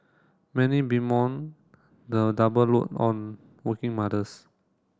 many bemoan the double load on working mothers